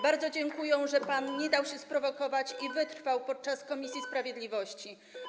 Bardzo dziękują, że pan nie dał się sprowokować i wytrwał podczas posiedzenia komisji sprawiedliwości.